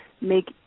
make